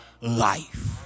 life